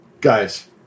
guys